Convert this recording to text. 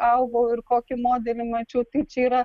augau ir kokį modelį mačiau tai čia yra